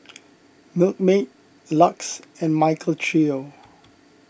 Milkmaid Lux and Michael Trio